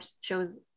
shows